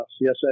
yes